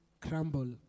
crumble